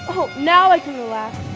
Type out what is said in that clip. oh, now i can relax.